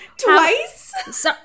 Twice